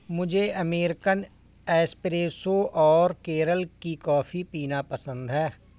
मुझे American espresso और केरल की कॉफी पीना पसंद है